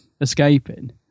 escaping